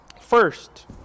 First